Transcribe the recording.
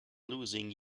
losing